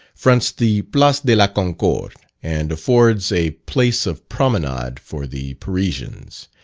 fronts the place de la concorde, and affords a place of promenade for the parisians.